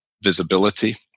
visibility